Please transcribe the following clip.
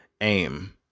aim